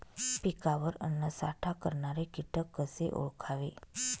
पिकावर अन्नसाठा करणारे किटक कसे ओळखावे?